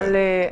שאמרתי,